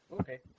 Okay